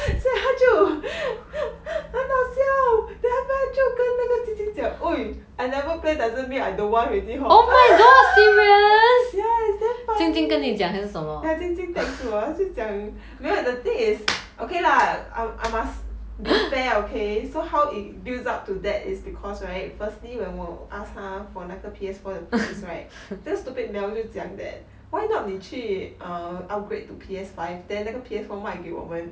所以他就 很好笑 then 他就跟那个 jing jing 讲 !oi! I never play doesn't mean I don't want already hor ya it's damn funny ya jing jing text 我他就讲没有 the thing is okay lah I must be fair okay so how it builds up to that is because right firstly when 我 ask 他 for 那个 P_S four 的 price right then stupid mel 就讲 that why not 你去 upgrade to P_S five then 那个 P_S four 卖给我们